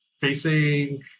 facing